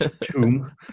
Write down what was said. tomb